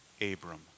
Abram